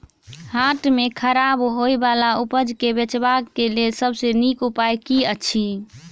हाट मे खराब होय बला उपज केँ बेचबाक क लेल सबसँ नीक उपाय की अछि?